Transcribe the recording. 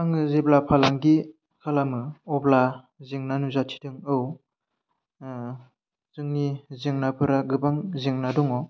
आङो जेब्ला फालांगि खालामो अब्ला जेंना नुजाथिदों औ जोंनि जेंनाफोरा गोबां जेंना दङ